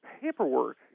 paperwork